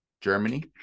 Germany